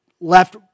left